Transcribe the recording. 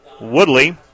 Woodley